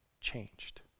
changed